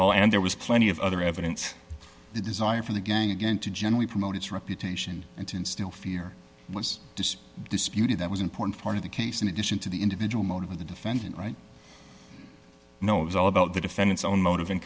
all and there was plenty of other evidence the desire for the gang again to generally promote its reputation and to instill fear was disputed that was important part of the case in addition to the individual motive of the defendant right no it was all about the defendant's own motiv